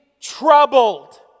troubled